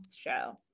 show